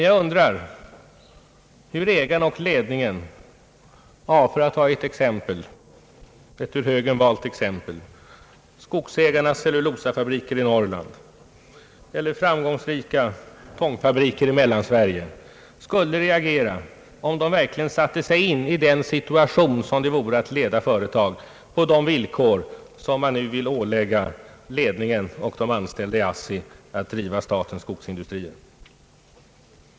Jag undrar hur ägarna och ledningen — för att ta ett av högern valt exempel — för skogsägarnas cellulosafabriker i Norrland eller fram gångsrika tångfabriker i Mellansverige skulle reagera, om de verkligen satte sig in i den situation som det vore att leda företag på de villkor som man nu vill ålägga ledningen och de anställda i ASSI.